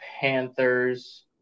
Panthers